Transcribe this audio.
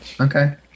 Okay